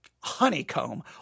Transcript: honeycomb